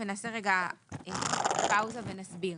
נעשה הפסקה ונסביר.